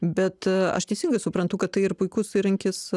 bet a aš teisingai suprantu kad tai ir puikus įrankis